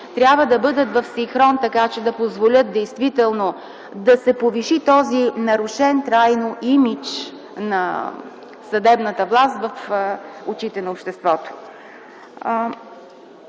трябва да бъдат в синхрон, за да позволят действително да се повиши нарушеният трайно имидж на съдебната власт в очите на обществото.